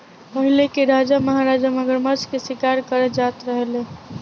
पहिले के राजा महाराजा मगरमच्छ के शिकार करे जात रहे लो